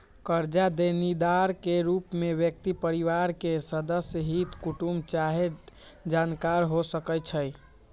करजा देनिहार के रूप में व्यक्ति परिवार के सदस्य, हित कुटूम चाहे जानकार हो सकइ छइ